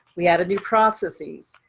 we added new processes,